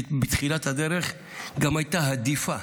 שבתחילת הדרך גם הייתה הדיפה,